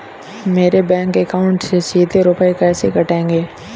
मेरे bank account से सीधे रुपए कैसे कटेंगे?